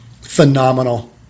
Phenomenal